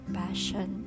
passion